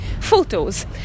photos